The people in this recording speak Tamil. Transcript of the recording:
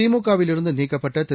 திமுகவில் இருந்து நீக்கப்பட்ட திரு